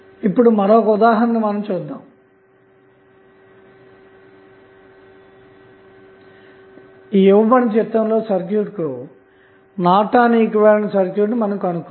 ఇప్పుడు మరొక ఉదాహరణను చూద్దాం చిత్రంలో ఇవ్వబడిన సర్క్యూట్కు నార్టన్ ఈక్వివలెంట్ సర్క్యూట్ ను కనుగొందాము